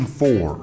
four